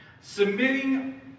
Submitting